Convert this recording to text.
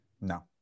No